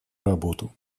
работу